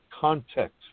context